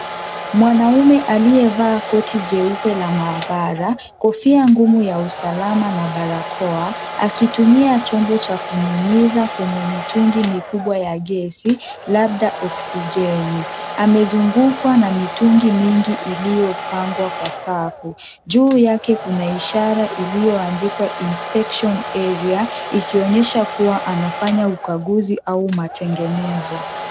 Mwanaume aliyevaa koti jeupe la mahabara, kofia ngumu ya usalama, na barakoa, akitumia chombo cha kunyunyiza kwenye mitungi mikubwa ya gesi, labda oxygen , amezungukwa na mitungi mingi iliyopangwa kwa safu. Juu yake kuna ishara iliyoandikwa, inspection area , ikionyesha kuwa anafanya ukaguzi au matengenezo.